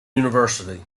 university